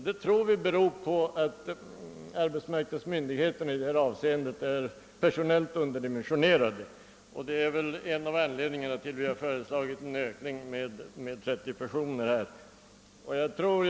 Det tror vi beror på att arbetsmarknadsmyndigheterna är personellt underdimensionerade, och det är en av anledningarna till att vi har föreslagit en ökning med 30 personer av personalstyrkan på detta område.